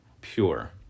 pure